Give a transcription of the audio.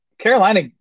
Carolina